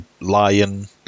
Lion